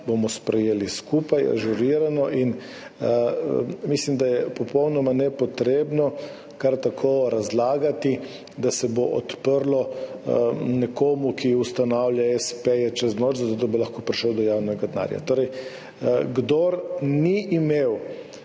sprejeli skupaj. Mislim, da je popolnoma nepotrebno kar tako razlagati, da se bo odprlo nekomu, ki ustanavlja espe čez noč, zato da bi lahko prišel do javnega denarja. Torej, kdor ni imel